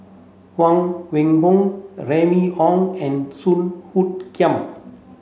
Huang Wenhong Remy Ong and Song Hoot Kiam